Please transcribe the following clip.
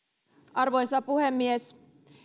arvoisa puhemies